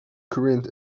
current